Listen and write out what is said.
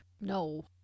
No